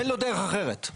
אין לו דרך אחרת.